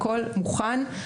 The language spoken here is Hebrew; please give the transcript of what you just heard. הכול מוכן,